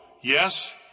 yes